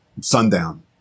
sundown